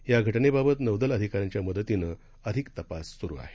या घ लनेबाबत नौदल अधिकाऱ्यांच्या मदतीनं अधिक तपास सुरू आहे